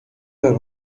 her